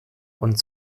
und